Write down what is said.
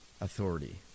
authority